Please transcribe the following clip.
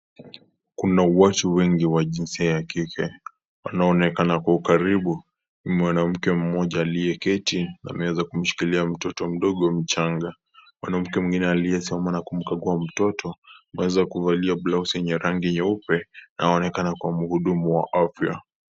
Kuna watu wengi wa jinsia ya kike, wanaoonekana Kwa ukaribu ni mwanamke mmoja aliyeketi ameweza kumshikilia mtoto mdogo mchanga. Mwanamke mwingine aliyesimama na kumkagua mtoto ameweza kuvalia blausi yenye rangi nyeupe inayoonekana kwa mhudumu wa afya.